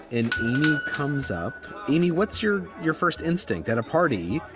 and amy comes up. amy, what's your your first instinct at a party?